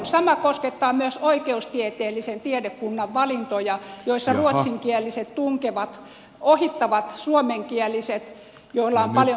sama koskettaa myös oikeustieteellisen tiedekunnan valintoja joissa ruotsinkieliset tunkevat ohittavat suomenkieliset joilla on